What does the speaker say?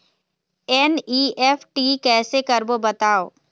NEFT कैसे करबो बताव?